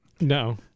no